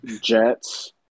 Jets